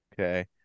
Okay